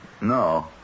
No